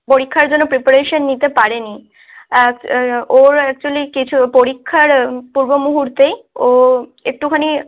পরীক্ষার জন্য প্রিপারেশন নিতে পারেনি ওর অ্যাকচুয়েলি কিছু পরীক্ষার পূর্ব মুহূর্তেই ও একটুখানি